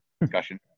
discussion